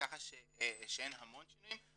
כך שאין המון שינויים,